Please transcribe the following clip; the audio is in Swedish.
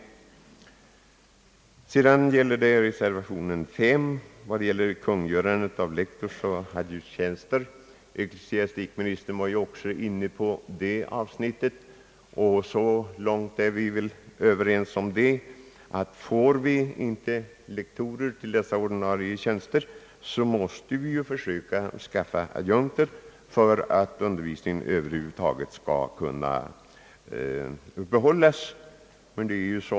Reservation nr 5 avser frågan om alternativt ledigkungörande av lektorsoch adjunktstjänster. Ecklesiastikministern tog i sitt anförande också upp detta avsnitt. Vi är så långt överens i detta avseende, som att vi i den mån vi inte får lektorer till dessa ordinarie tjänster måste försöka skaffa adjunkter till dem för att undervisningen över huvud taget skall kunna upprätthållas.